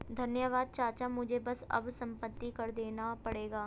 धन्यवाद चाचा मुझे बस अब संपत्ति कर देना पड़ेगा